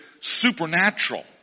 supernatural